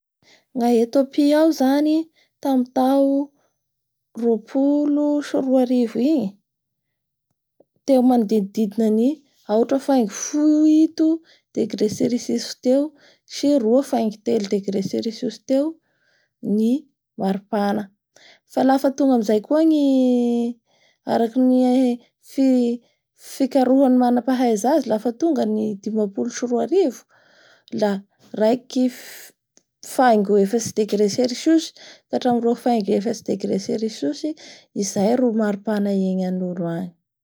Ny a Etiopie ao zany tamin'ny tao roapolo sy soarivo igny teo manodidididna ny aotra faingo fito degré cericus teo sy roa faingo telo degré cericus teo ny maropahana fa lafa tonga mizay koa ny arakiny - ny fikaraohan'ny manampahaiza azy lafa tonga dimapolo sy roarivo la raiky faingo efatsy degé cericus ka hataramin'ny roa faingo efatry degré cericus izay ro maripahana iaingan'olo agny.